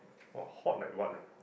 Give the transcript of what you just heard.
orh hot like what you know